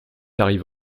arrivé